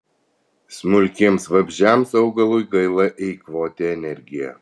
smulkiems vabzdžiams augalui gaila eikvoti energiją